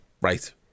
Right